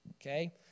okay